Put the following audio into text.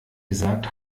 gesagt